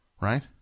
right